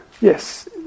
Yes